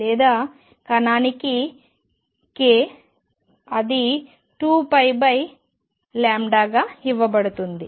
లేదా కణానికి k అది 2π గా ఇవ్వబడుతుంది